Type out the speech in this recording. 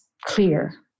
clear